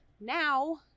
now